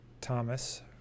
Thomas